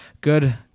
good